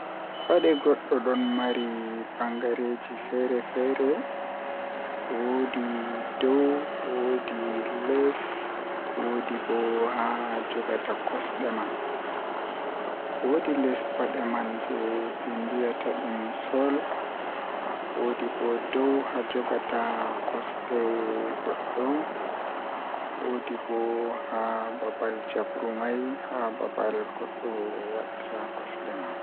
Njamaaji goɗɗo ɗum ko laamu, waɗata faggude keɓe jom ɓe njiddaade naatnde. Ko laamu ngal ngadda e hoore ɗum tawa keɓe ngam njamaaji hoore nguuɗo. Njamaaji koɗɗo, ndi njamaaji rewɓe njiddaade haɓɓude ngal. Ko middo rewɓe njiddaade rewɓe fiyaangu